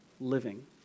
living